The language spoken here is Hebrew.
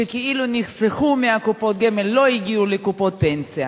שכאילו נחסכו מקופות הגמל, לא הגיעו לקופות פנסיה.